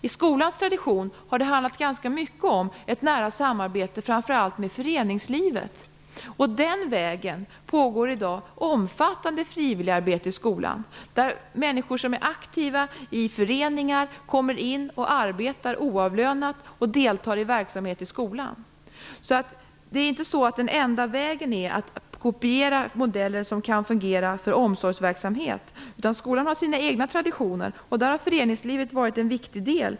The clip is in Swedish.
I skolans tradition har det ganska mycket handlat om ett nära samarbete med framför allt föreningslivet. På den vägen pågår i dag ett omfattande frivilligarbete i skolan, där alltså människor som är aktiva i föreningar deltar med oavlönat arbete. Det är inte så att den enda vägen är att kopiera modeller som kan fungera för omsorgsverksamhet, utan skolan har sina egna traditioner. I dessa har föreningslivet varit en viktig del.